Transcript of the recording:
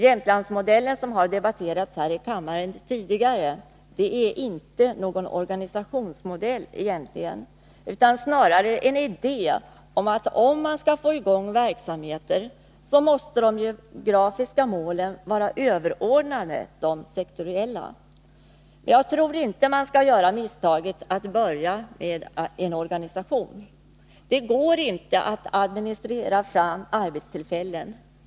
Jämtlandsmodellen, som har debatterats här i kammaren tidigare, är inte någon organisationsmodell utan snarare en idé om att såvida man skall få i gång verksamheter, måste de geografiska målen vara överordnade de sektoriella. Jag tror inte att man skall göra misstaget att börja med en organisation. Det går inte att administrera fram arbetstillfällen.